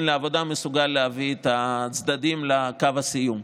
לעבודה מסוגל להביא את הצדדים לקו הסיום.